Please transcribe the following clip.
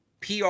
PR